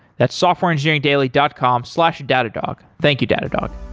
that's softwareengineeringdaily dot com slash datadog. thank you, datadog.